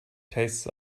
tastes